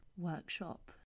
workshop